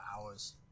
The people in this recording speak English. hours